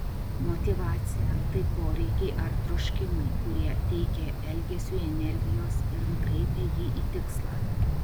motyvacija tai poreikiai ar troškimai kurie teikia elgesiui energijos ir nukreipia jį į tikslą